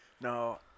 No